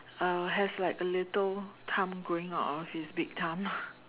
uh has like a little thumb growing out of his big thumb